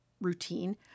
routine